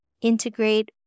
integrate